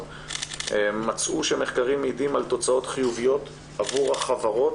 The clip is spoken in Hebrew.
מצאו שמחקרים מעידים על תוצאות חיוביות עבור החברות